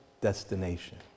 destination